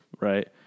right